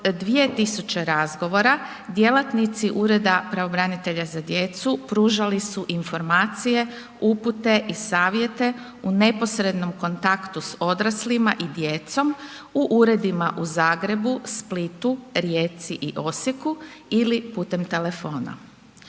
tisuće razgovora, djelatnici Ureda pravobranitelja za djecu pružali su informacije, upute i savjete u neposrednom kontaktu s odraslima i djecom u uredima u Zagrebu, Splitu, Rijeci i Osijeku ili putem telefona.